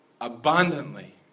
abundantly